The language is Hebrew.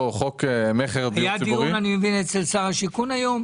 היה דיון אצל שר השיכון היום?